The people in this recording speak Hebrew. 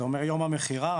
זה אומר יום המכירה?